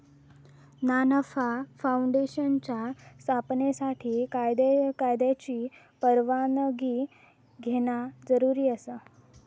ना नफा फाऊंडेशनच्या स्थापनेसाठी कायद्याची परवानगी घेणा जरुरी आसा